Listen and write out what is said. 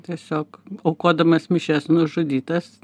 tiesiog aukodamas mišias nužudytas